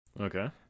Okay